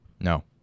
No